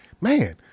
man